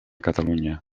catalunya